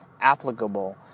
applicable